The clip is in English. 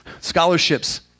Scholarships